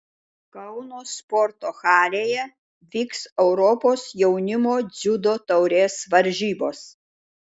kauno sporto halėje vyks europos jaunimo dziudo taurės varžybos